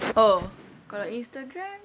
oh kalau instagram